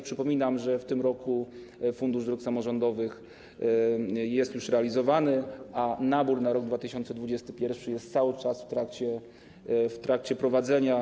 Przypominam, że w tym roku Fundusz Dróg Samorządowych jest już realizowany, a nabór na rok 2021 jest cały czas w trakcie prowadzenia.